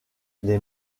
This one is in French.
les